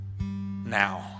now